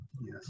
Yes